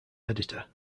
editor